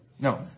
no